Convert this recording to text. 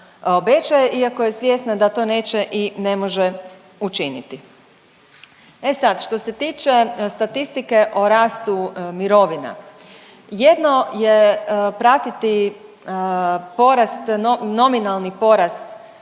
iako je svjesna da to neće i ne može učiniti. E sad, što se tiče statistike o rastu mirovina. Jedno je pratiti porast, nominalni porast